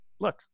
look